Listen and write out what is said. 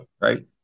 right